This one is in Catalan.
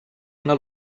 una